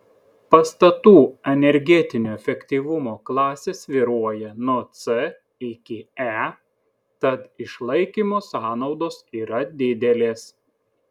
pastatų energetinio efektyvumo klasės svyruoja nuo c iki e tad išlaikymo sąnaudos yra didelės